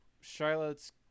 Charlotte's